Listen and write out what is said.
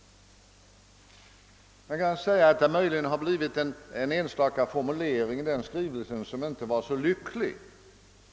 Det kan sägas att någon enstaka formulering i skrivelsen inte blivit så lycklig.